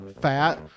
Fat